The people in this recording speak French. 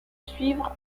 suivre